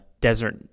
desert